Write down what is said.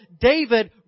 David